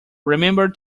remember